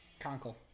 Conkle